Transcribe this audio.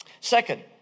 Second